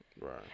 Right